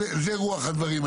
זה רוח הדברים.